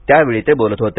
त्यावेळी ते बोलत होते